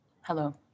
Hello